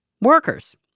workers